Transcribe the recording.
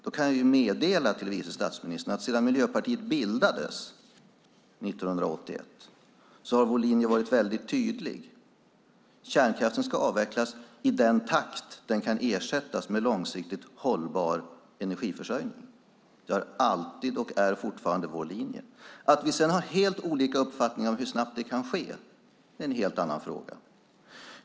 Då kan jag meddela vice statsministern att sedan Miljöpartiet bildades 1981 har vår linje varit väldigt tydlig: Kärnkraften ska avvecklas i den takt den kan ersättas med långsiktigt hållbar energiförsörjning. Det har alltid varit och är fortfarande vår linje. Att vi sedan har helt olika uppfattningar om hur snabbt det kan ske är en helt annan fråga.